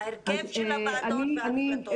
ההרכב של הוועדות וההחלטות.